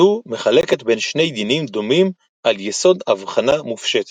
זו מחלקת בין שני דינים דומים על יסוד אבחנה מופשטת.